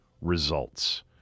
results